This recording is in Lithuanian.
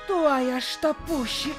tuoj aš tą pušį